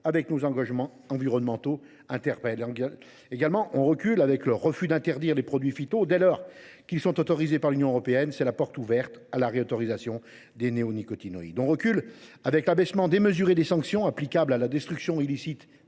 avec nos engagements environnementaux interpelle. On recule aussi avec le refus d’interdire les produits phytos dès lors qu’ils sont autorisés par l’Union européenne : c’est la porte ouverte à la réautorisation des néonicotinoïdes. On recule avec l’abaissement démesuré des sanctions applicables à la destruction illicite